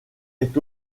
est